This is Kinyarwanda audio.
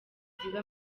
kiziba